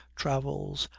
travels,